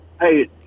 Hey